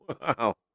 wow